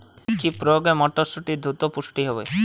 কি প্রয়োগে মটরসুটি দ্রুত পুষ্ট হবে?